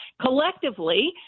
collectively